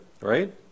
right